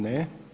Ne.